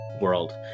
world